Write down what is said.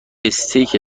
استیک